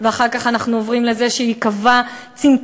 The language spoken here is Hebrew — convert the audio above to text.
ואחר כך אנחנו עוברים לזה שייקבע צמצום